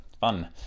fun